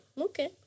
okay